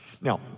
Now